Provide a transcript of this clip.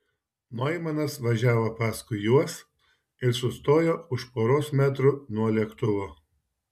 noimanas važiavo paskui juos ir sustojo už poros metrų nuo lėktuvo